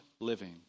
living